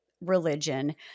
religion